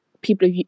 people